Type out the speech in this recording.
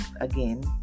again